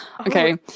Okay